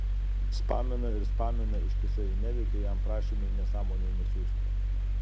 spamina ir spamina ištisai neveikia jam prašymai nesąmonių nesiųst